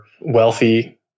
wealthy